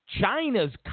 China's